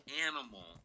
animal